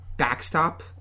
backstop